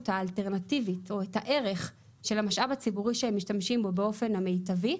האלטרנטיבית או את הערך של המשאב הציבורי שהם משתמשים בו באופן המיטבי,